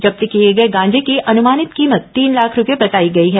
जब्त किए गए गांजे की अनमानित कीमत तीन लाख रूपये बताई गई है